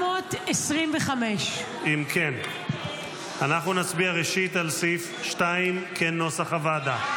1925. אם כן, ראשית נצביע על סעיף 2 כנוסח הוועדה.